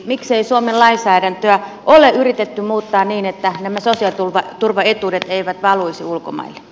miksei suomen lainsäädäntöä ole yritetty muuttaa niin että nämä sosiaaliturvaetuudet eivät valuisi ulkomaille